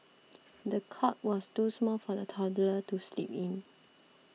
the cot was too small for the toddler to sleep in